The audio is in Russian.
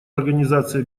организации